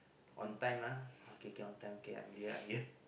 on time ah okay can on time okay I'm here I'm here